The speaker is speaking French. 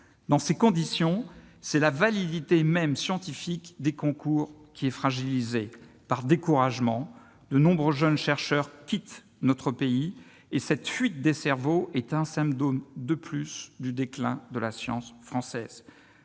Dans ces conditions, c'est la validité scientifique même des concours qui est fragilisée. En effet, par découragement, de nombreux jeunes chercheurs quittent notre pays. Cette fuite des cerveaux est un symptôme de plus du déclin de la science française.